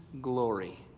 glory